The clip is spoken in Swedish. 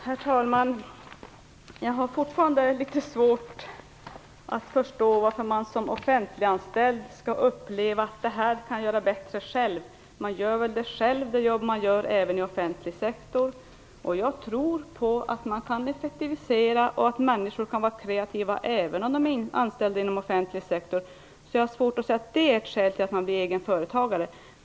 Herr talman! Jag har fortfarande litet svårt att förstå varför man som offentliganställd skall uppleva att man kan göra det här bättre själv. Man gör väl själv det jobb som man utför även i offentlig sektorn. Jag tror på att man kan effektivisera och att människor kan vara kreativa även om de är anställda inom offentlig sektor. Därför har jag svårt att se att det är ett skäl till att bli egen företagare.